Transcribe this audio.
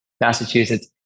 Massachusetts